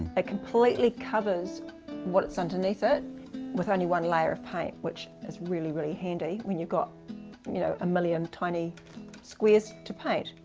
ah completely covers what's underneath it with only one layer of paint which is really, really handy when you've got you know, a million tiny squares to paint.